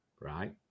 right